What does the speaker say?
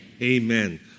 Amen